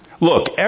Look